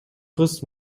кыз